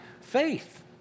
faith